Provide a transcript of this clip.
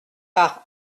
par